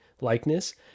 likeness